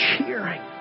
cheering